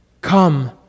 Come